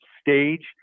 stage